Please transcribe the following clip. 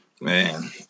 man